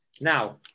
Now